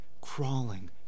crawling